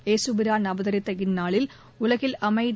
இயேசுபிரான் அவதரித்த இந்நாளில் உலகில் அமைதி